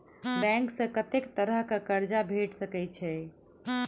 Bank सऽ कत्तेक तरह कऽ कर्जा भेट सकय छई?